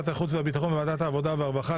החוץ והביטחון וועדת העבודה והרווחה,